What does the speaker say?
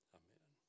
amen